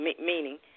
meaning